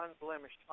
unblemished